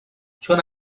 چون